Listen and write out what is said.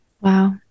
Wow